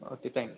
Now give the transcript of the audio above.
okay thank you